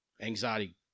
anxiety